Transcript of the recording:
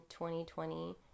2020